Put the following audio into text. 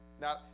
Now